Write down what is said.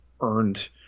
earned